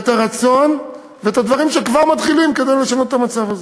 את הרצון ואת הדברים שכבר מתחילים כדי לשנות את המצב הזה.